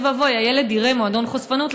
הילד יראה מועדון חשפנות,